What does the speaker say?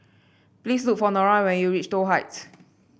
please look for Nora when you reach Toh Heights